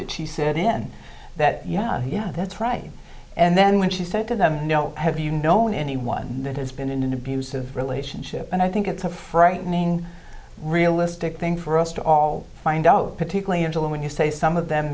that she said in that yeah yeah that's right and then when she said to them have you known anyone that has been in an abusive relationship and i think it's a frightening realistic thing for us to all find out particularly in july when you say some of them